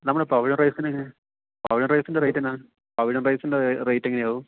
നമ്മുടെ പവിഴം റൈസിന് എങ്ങനെ പവിഴം റൈസിൻ്റെ റേറ്റ് എന്താണ് പവിഴം റൈസിൻ്റെ റേറ്റ് എങ്ങനെയാവും